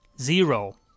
zero